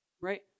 right